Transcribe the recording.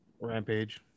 Rampage